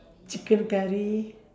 chicken curry